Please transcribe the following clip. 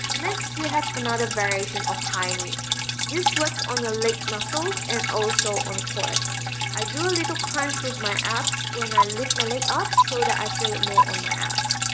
next we have another variation of high knee this works on your leg muscles and also on your core i do a little crunch with my abs when i lift my leg up so that i feel it more on my abs